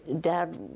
Dad